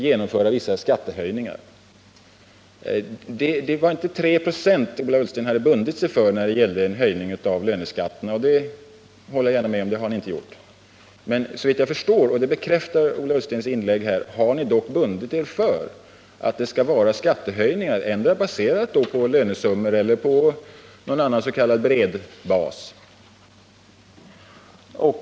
Det var visserligen inte fråga om några 3 96 som folkpartiet bundit sig för när det gällde en höjning av löneskatterna — jag håller gärna med om att ni intehar Nr 151 gjort det — men såvitt jag förstår har ni dock bundit er för att genomföra Måndagen den skattehöjningar. Det bekräftar Ola Ullstens inlägg här. Och höjningarna skall 21 maj 1979 då baseras endera på lönesummor eller på någon annan s.k. bred bas.